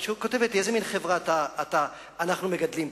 היא כותבת לי: איזה מין חברה אנחנו מגדלים פה,